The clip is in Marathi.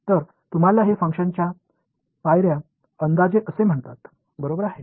तर तुम्हाला हे फंक्शनच्या पायर्या अंदाजे असे म्हणतात बरोबर आहे